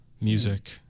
music